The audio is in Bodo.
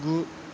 गु